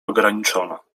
ograniczona